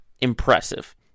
impressive